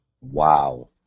Wow